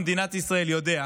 חיזוק זהות יהודית.